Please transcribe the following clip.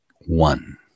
one